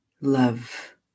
Love